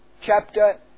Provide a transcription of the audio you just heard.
chapter